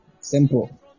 simple